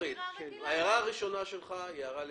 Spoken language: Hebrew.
ההערה הראשונה שלך היא הערה לגיטימית,